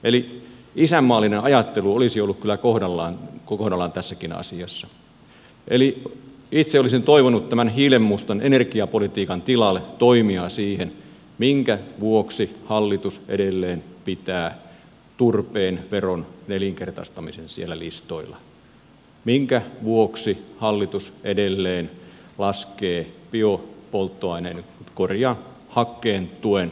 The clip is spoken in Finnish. eli isänmaallinen ajattelu olisi ollut kyllä kohdallaan tässäkin asiassa eli itse olisin toivonut tämän hiilenmustan energiapolitiikan tilalle toimia ja vastausta siihen minkä vuoksi hallitus edelleen pitää turpeen veron nelinkertaistamisen siellä listoilla minkä vuoksi hallitus edelleen laskee hakkeen tuen alentamista